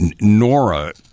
Nora